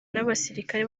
n’abasirikare